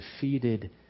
defeated